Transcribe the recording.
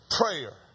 prayer